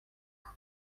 oczy